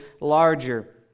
larger